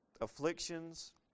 Afflictions